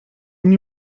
mnie